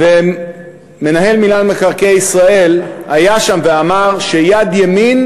ומנהל מינהל מקרקעי ישראל היה שם ואמר, שיד ימין,